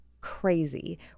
crazy